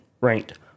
ranked